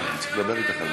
מה.